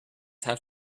have